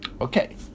Okay